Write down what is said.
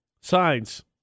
Signs